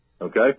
okay